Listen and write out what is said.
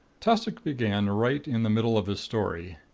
tassoc began right in the middle of his story.